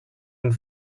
and